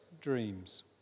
dreams